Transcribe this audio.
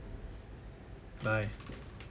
bye